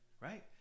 right